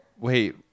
Wait